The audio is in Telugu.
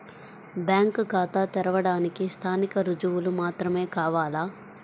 బ్యాంకు ఖాతా తెరవడానికి స్థానిక రుజువులు మాత్రమే కావాలా?